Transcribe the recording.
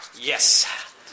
Yes